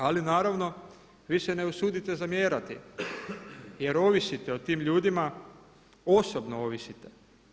Ali naravno vi se ne usudite zamjerati jer ovisite o tim ljudima, osobno ovisite.